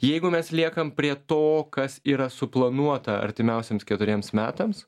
jeigu mes liekam prie to kas yra suplanuota artimiausiems keturiems metams